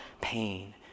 pain